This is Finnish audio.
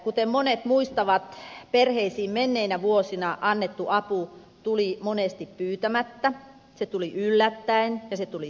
kuten monet muistavat perheisiin menneinä vuosina annettu apu tuli monesti pyytämättä se tuli yllättäen ja se tuli tilaamatta